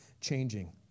changing